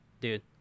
dude